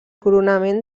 coronament